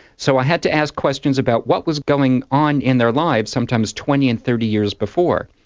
so i had to ask questions about what was going on in their lives, sometimes twenty and thirty years before.